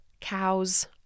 cows